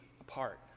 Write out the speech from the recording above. apart